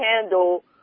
handle